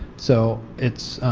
so it